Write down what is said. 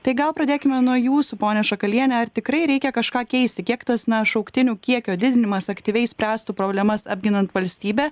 tai gal pradėkime nuo jūsų ponia šakaliene ar tikrai reikia kažką keisti kiek tas na šauktinių kiekio didinimas aktyviai spręstų problemas apginant valstybę